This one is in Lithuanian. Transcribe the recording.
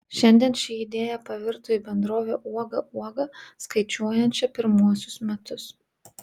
šiandien ši idėja pavirto į bendrovę uoga uoga skaičiuojančią pirmuosius metus